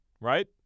right